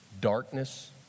darkness